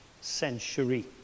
century